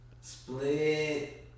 Split